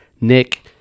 Nick